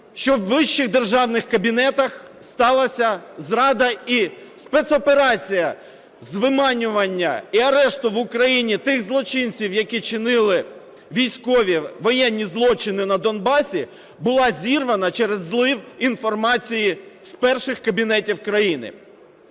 щоб у вищих державних кабінетах сталася зрада і спецоперація з виманювання і арешту в Україні тих злочинців, які чинили військові воєнні злочини на Донбасі, була зірвана через злив інформації з перших кабінетів країни.